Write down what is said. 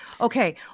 Okay